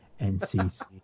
NCC